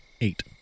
eight